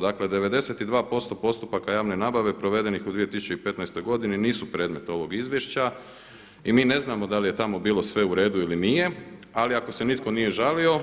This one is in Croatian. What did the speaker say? Dakle 92% postupaka javne nabave provedenih u 2015. godini nisu predmet ovog izvješća i mi ne znamo da li je tamo bilo sve uredu ili nije, ali ako se nitko nije žalio